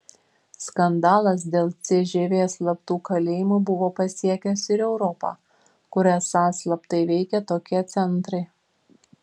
skandalas dėl cžv slaptų kalėjimų buvo pasiekęs ir europą kur esą slaptai veikė tokie centrai